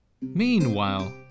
Meanwhile